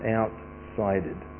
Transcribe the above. outsided